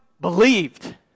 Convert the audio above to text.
believed